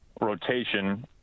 rotation